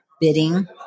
bidding